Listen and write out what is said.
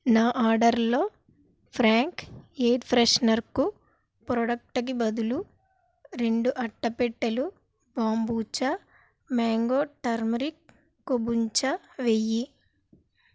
నా ఆర్డర్లో Frank air ఫ్రెషనర్కు ప్రాడక్టుకి బదులు రెండు అట్టపెట్టెలు బాంబుచా మ్యాంగో టర్మరిక్ కొంబుచా వెయ్యి